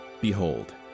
behold